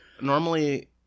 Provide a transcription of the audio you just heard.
normally